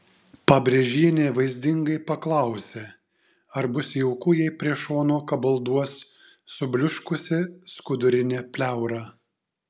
pabrėžienė vaizdingai paklausė ar bus jauku jei prie šono kabalduos subliuškusi skudurinė pleura